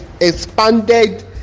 expanded